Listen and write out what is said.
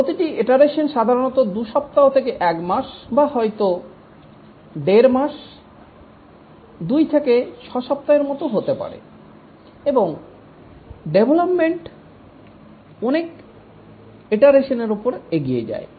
প্রতিটি ইটারেসন সাধারণত 2 সপ্তাহ থেকে 1 মাস বা হয়তো 15 মাস 2 থেকে 6 সপ্তাহের মতো হতে পারে এবং ডেভলপমেন্ট অনেক ইটারেসনের উপর এগিয়ে যায়